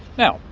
now,